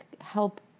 help